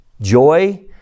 joy